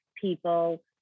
people